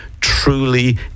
Truly